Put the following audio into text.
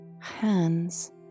hands